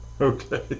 Okay